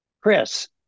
Chris